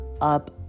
up